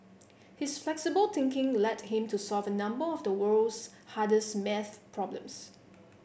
his flexible thinking led him to solve a number of the world's hardest math problems